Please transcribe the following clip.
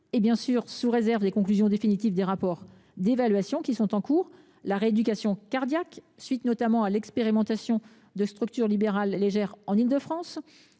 bien sûr sous réserve des conclusions définitives des rapports d’évaluation, qui sont en cours. Il s’agit de la rééducation cardiaque, qui fait suite notamment à l’expérimentation de structures libérales légères en Île de France,